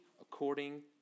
according